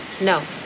no